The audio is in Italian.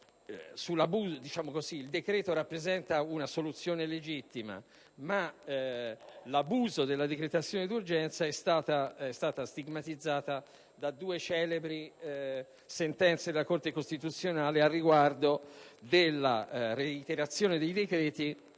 Il decreto rappresenta una soluzione legittima, ma l'abuso della decretazione d'urgenza è stato stigmatizzato in due celebri sentenze della Corte costituzionale, concernenti la reiterazione dei decreti